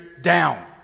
down